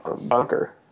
bunker